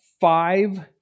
five